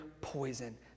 poison